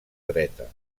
dreta